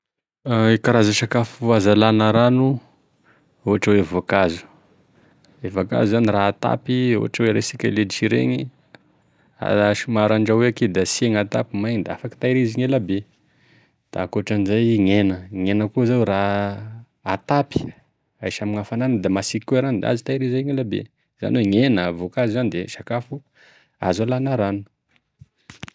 Gne karaza sakafo azo halana rano, ohatra hoe vakazo, e vakazo izany raha atapy, ohatra hoe resisika e ledisy regny, somary handrahoy eky izy da sihagny, atapy maigny da afaky tahirizina elabe, da akoatrin'izay gny hena, gne hena koa zao raha atapy ahisy ame hafanagny izy da masiky koa gne ranony da azo tahirizy elabe izany hoe gne hena va e vakazo zany da sakafo azo alana rano.